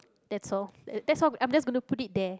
that's all that's all I'm just gonna put it there